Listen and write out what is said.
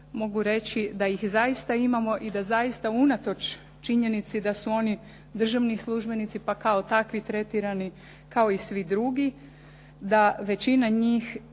mogu reći da ih zaista imamo i da zaista unatoč činjenici da su oni državni službenici pa kao takvi tretirani kao i svi drugi, da većina njih